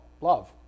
Love